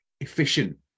efficient